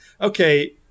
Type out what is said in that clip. okay